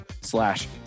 slash